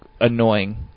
annoying